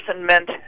meant